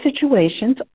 situations